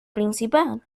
principal